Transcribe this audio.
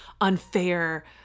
unfair